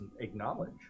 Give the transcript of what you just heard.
acknowledge